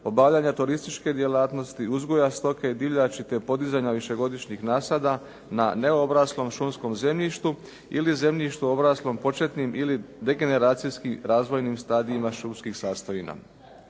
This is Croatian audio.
obavljanja turističke djelatnosti, uzgoja stoke i divljači te podizanja višegodišnjih nasada na neobraslom šumskom zemljištu ili zemljištu obraslim početnim ili degeneracijski razvojnim stadijima šumskih sastojina.